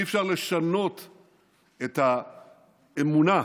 אי-אפשר לשנות את האמונה,